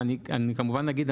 ואני כמובן אגיד,